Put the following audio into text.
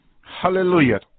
Hallelujah